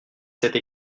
cette